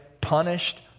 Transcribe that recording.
punished